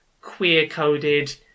Queer-coded